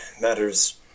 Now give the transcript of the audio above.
matters